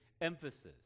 emphasis